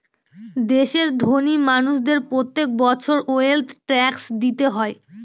দেশের ধোনি মানুষদের প্রত্যেক বছর ওয়েলথ ট্যাক্স দিতে হয়